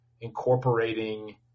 incorporating